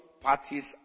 parties